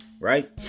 right